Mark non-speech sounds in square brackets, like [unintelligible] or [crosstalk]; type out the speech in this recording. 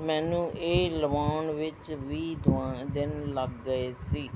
ਮੈਨੂੰ ਇਹ ਲਵਾਉਣ ਵਿੱਚ ਵੀਹ [unintelligible] ਦਿਨ ਲੱਗ ਗਏ ਸੀ